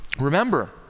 Remember